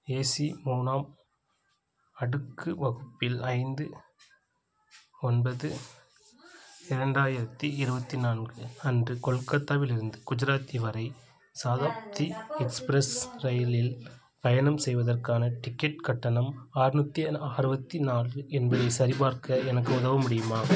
AC மூணாம் அடுக்கு வகுப்பில் ஐந்து ஒன்பது இரண்டாயிரத்தி இருபத்தி நான்கு அன்று கொல்கத்தாவிலிருந்து குஜராத் வரை சதாப்தி எக்ஸ்பிரஸ் ரயிலில் பயணம் செய்வதற்கான டிக்கெட் கட்டணம் ஆற்நூத்தி நா அறுபத்தி நாலு என்பதைச் சரிபார்க்க எனக்கு உதவ முடியுமா